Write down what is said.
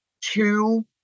two